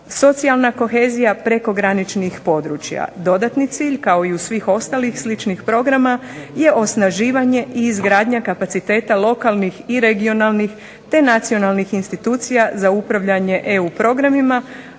socijalna kohezija prekograničnih područja. Dodatni cilj, kao i u svih ostalih sličnih programa, je osnaživanje i izgradnja kapaciteta lokalnih i regionalnih te nacionalnih institucija za upravljanje EU programima,